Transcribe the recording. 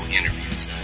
interviews